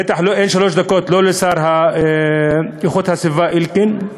בטח אין שלוש דקות לא לשר להגנת הסביבה אלקין,